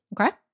okay